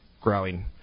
growing